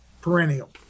perennial